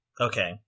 Okay